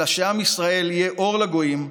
אלא שעם ישראל יהיה אור לגויים,